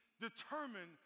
determined